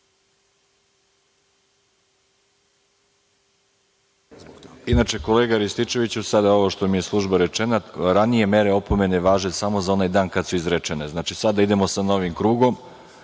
zaista. Inače, kolega Rističeviću, sada ovo što mi je iz službe rečeno, ranije mere opomene važe samo za onaj dan kada su izrečen. Znači, sada idemo sa novim krugom,